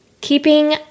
keeping